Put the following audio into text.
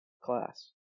class